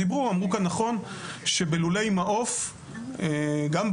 אמרו כאן נכון שבלולי המעוף הנגיעות